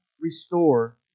restore